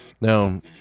now